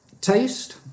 taste